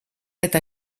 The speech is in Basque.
eta